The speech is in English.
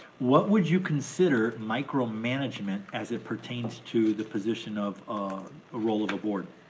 what would you consider micromanagement as it pertains to the position of a role of a board?